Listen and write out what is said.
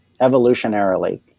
evolutionarily